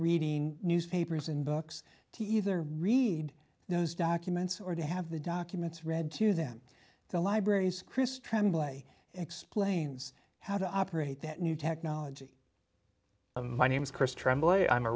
reading newspapers and books to either read those documents or to have the documents read to them so libraries chris tremblay explains how to operate the new technology my name's chris tremblay i'm a